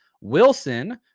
Wilson